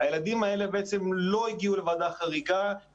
והם לא הגיעו לוועדה חריגה,